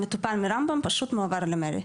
המטופל מרמב"ם פשוט מועבר למר"י.